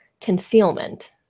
Concealment